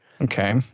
Okay